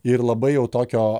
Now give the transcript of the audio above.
ir labai jau tokio